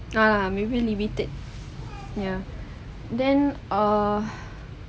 no lah maybe limited ya then ah